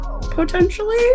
potentially